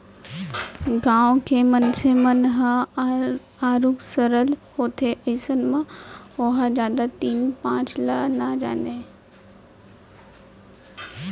गाँव के मनसे मन ह आरुग सरल होथे अइसन म ओहा जादा तीन पाँच ल जानय नइ